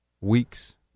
weeks